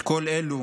את כל אלו